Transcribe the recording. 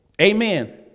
Amen